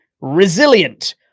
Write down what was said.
Resilient